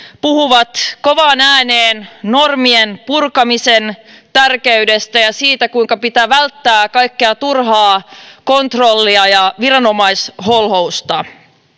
puhuvat kovaan ääneen normien purkamisen tärkeydestä ja siitä kuinka pitää välttää kaikkea turhaa kontrollia ja viranomaisholhousta